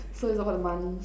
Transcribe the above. so it's about the money